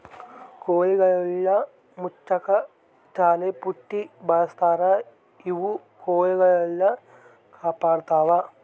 ಕೋಳಿಗುಳ್ನ ಮುಚ್ಚಕ ಜಲ್ಲೆಪುಟ್ಟಿ ಬಳಸ್ತಾರ ಇವು ಕೊಳಿಗುಳ್ನ ಕಾಪಾಡತ್ವ